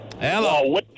Hello